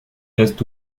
est